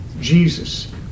Jesus